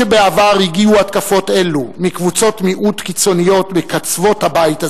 בעוד שבעבר הגיעו התקפות אלה מקבוצות מיעוט קיצוניות בקצוות הבית הזה,